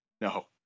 No